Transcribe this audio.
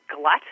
glut